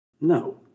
No